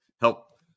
help